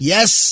Yes